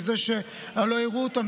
מזה שלא יראו אותם,